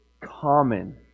common